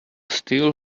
steel